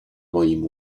moim